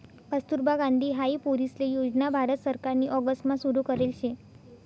कस्तुरबा गांधी हाई पोरीसले योजना भारत सरकारनी ऑगस्ट मा सुरु करेल शे